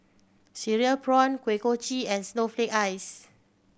cereal prawn Kuih Kochi and snowflake ice